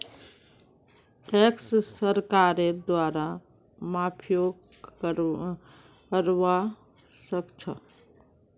tax सरकारेर द्वारे माफियो करवा सख छ